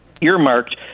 earmarked